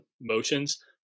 motions